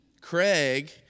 Craig